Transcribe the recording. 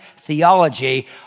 theology